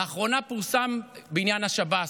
לאחרונה פורסם בעניין שב"ס,